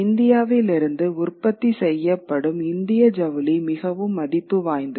இந்தியாவிலிருந்து உற்பத்தி செய்யப்படும் இந்திய ஜவுளி மிகவும் மதிப்பு வாய்ந்தது